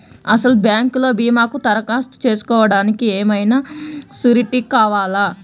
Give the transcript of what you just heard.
అసలు బ్యాంక్లో భీమాకు దరఖాస్తు చేసుకోవడానికి ఏమయినా సూరీటీ కావాలా?